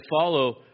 follow